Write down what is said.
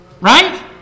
Right